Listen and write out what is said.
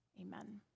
Amen